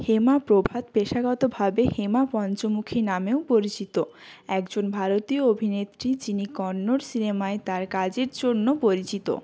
হেমা প্রভাত পেশাগতভাবে হেমা পঞ্চমুখী নামেও পরিচিত একজন ভারতীয় অভিনেত্রী যিনি কন্নড় সিনেমায় তার কাজের জন্য পরিচিত